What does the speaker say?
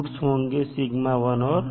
roots होंगे और